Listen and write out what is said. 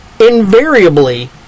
invariably